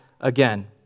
again